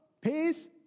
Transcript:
peace